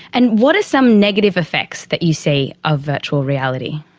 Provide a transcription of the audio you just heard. and what are some negative effects that you see of virtual reality?